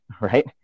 right